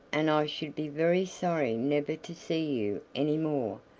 and i should be very sorry never to see you any more,